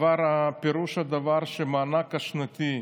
פירוש הדבר הוא שהמענק השנתי,